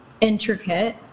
intricate